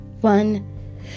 one